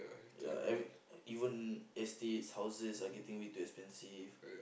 ya and even estates houses are getting way too expensive